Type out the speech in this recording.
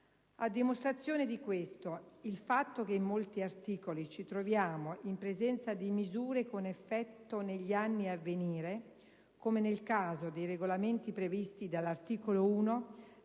A dimostrazione di questo è il fatto che in molti articoli ci troviamo in presenza di misure con effetto negli anni a venire (come nel caso dei regolamenti previsti dall'articolo 1